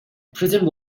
prison